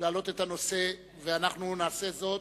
להעלות את הנושא ואנחנו נעשה זאת.